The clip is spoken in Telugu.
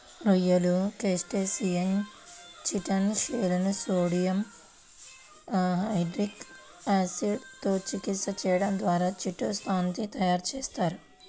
రొయ్యలు, క్రస్టేసియన్ల చిటిన్ షెల్లను సోడియం హైడ్రాక్సైడ్ తో చికిత్స చేయడం ద్వారా చిటో సాన్ ని తయారు చేస్తారు